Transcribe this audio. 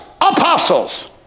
apostles